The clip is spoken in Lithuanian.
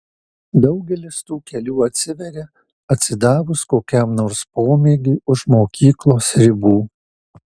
daugelis tų kelių atsiveria atsidavus kokiam nors pomėgiui už mokyklos ribų